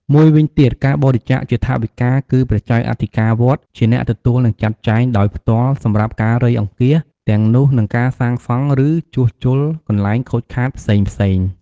មួយវិញទៀត ការបរិច្ចាគជាថវិកា គឺព្រះចៅអធិកាវត្តជាអ្នកទទួលនិងចាត់ចែងដោយផ្ទាល់សម្រាប់ការៃអង្គាសទាំងនោះនិងការសាងសង់ឬជួសជុលកន្លែងខូចខាតផ្សេងៗ